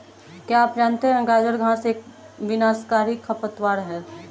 क्या आप जानते है गाजर घास एक विनाशकारी खरपतवार है?